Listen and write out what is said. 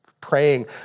praying